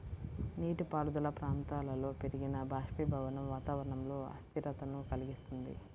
నీటిపారుదల ప్రాంతాలలో పెరిగిన బాష్పీభవనం వాతావరణంలో అస్థిరతను కలిగిస్తుంది